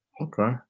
Okay